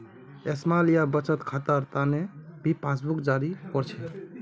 small या बचत खातार तने भी पासबुकक जारी कर छे